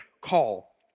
call